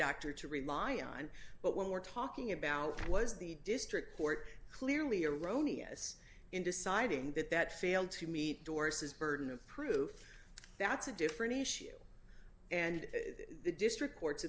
doctor to rely on but when we're talking about was the district court clearly erroneous in deciding that that failed to meet doris's burden of proof that's a different issue and the district court's